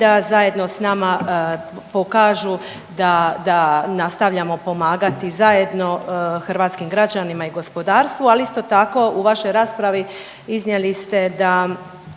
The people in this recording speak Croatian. da zajedno s nama pokažu da, da nastavljamo pomagati zajedno hrvatskim građanima i gospodarstvu, ali isto tako u vašoj raspravi iznijeli ste da